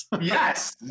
Yes